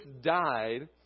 died